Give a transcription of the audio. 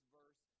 verse